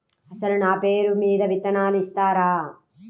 అసలు నా పేరు మీద విత్తనాలు ఇస్తారా?